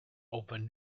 open